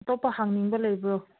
ꯑꯇꯣꯞꯄ ꯍꯪꯅꯤꯡꯕ ꯂꯩꯕ꯭ꯔꯣ